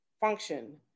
function